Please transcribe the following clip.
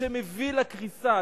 שמביא לקריסה.